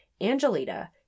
Angelita